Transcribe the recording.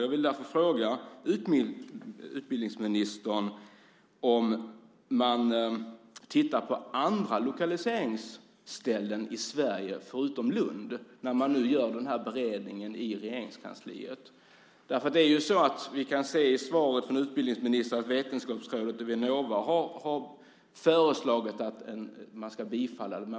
Jag vill därför fråga utbildningsministern om man tittar på andra lokaliseringar i Sverige förutom Lund när man nu gör den här beredningen i Regeringskansliet. Vi kan ju se i svaret från utbildningsministern att Vetenskapsrådet och Vinnova har föreslagit att man ska bifalla det här.